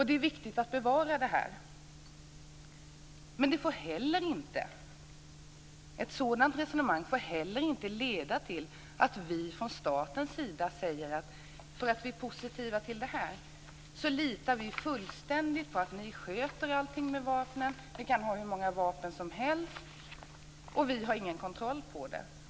Det är viktigt att bevara detta. Men ett sådant resonemang får inte leda till att vi från statens sida säger: Eftersom vi är positiva till jakt så litar vi fullständigt på att ni sköter allting med vapnen. Ni kan ha hur många vapen som helst - vi har ingen kontroll över det.